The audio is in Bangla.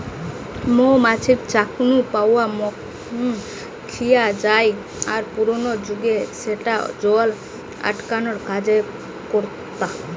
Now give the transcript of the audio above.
মৌ মাছির চাক নু পাওয়া মম খিয়া জায় আর পুরানা জুগে স্যাটা জল আটকানার কাজ করতা